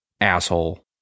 Asshole